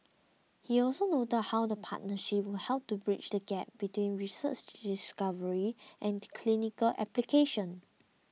he also noted how the partnership will help bridge the gap between research discovery and clinical application